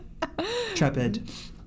Trepid